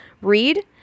read